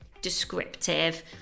descriptive